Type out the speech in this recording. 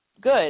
good